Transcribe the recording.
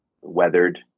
weathered